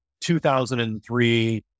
2003